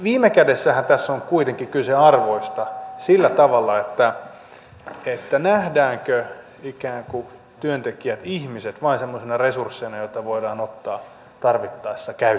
viime kädessähän tässä on kuitenkin kyse sillä tavalla arvoista nähdäänkö työntekijät ihmiset vain ikään kuin semmoisina resursseina joita voidaan ottaa tarvittaessa käyttöön vai ei